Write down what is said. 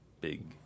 Big